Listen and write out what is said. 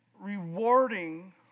rewarding